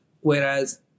Whereas